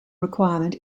requirement